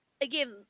again